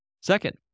Second